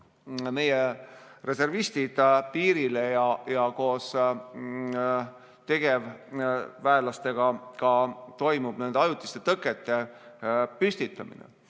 meie reservistid piirile ja koos tegevväelastega toimub nende ajutiste tõkete püstitamine. Ma